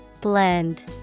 Blend